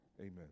Amen